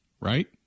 right